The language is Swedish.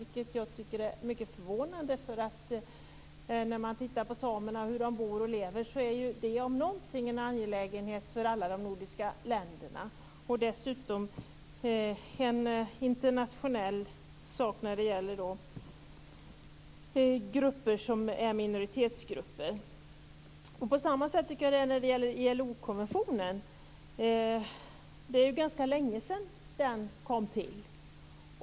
Det tycker jag är mycket förvånande, för när man tittar på hur samerna bor och lever så är ju det om något en angelägenhet för alla de nordiska länderna. Dessutom är det en internationell sak när det gäller minoritetsgrupper. På samma sätt tycker jag att det är när det gäller ILO-konventionen. Det är ju ganska länge sedan den kom till.